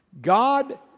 God